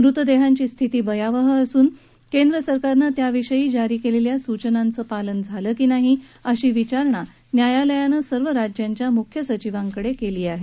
मृतदेहांची स्थिती भयावह असून केंद्र सरकारनं त्याविषयी जारी केलेल्या सूचनांचं पालन झालं की नाही अशी विचारणा न्यायालयानं सर्व राज्यांच्या मुख्य सचिवांकडे केली आहे